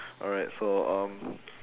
alright so um